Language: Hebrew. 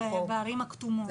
זה בערים הכתומות.